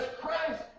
Christ